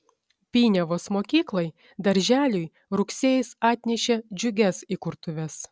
piniavos mokyklai darželiui rugsėjis atnešė džiugias įkurtuves